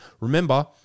Remember